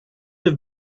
have